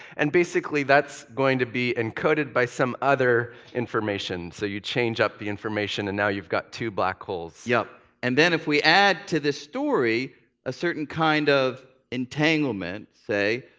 and basically that's going to be encoded by some other information. so you change up the information and now you've got two black holes. yup, and then if we add to the story a certain kind of entanglement, say,